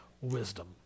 wisdom